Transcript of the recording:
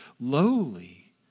lowly